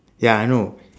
ya I know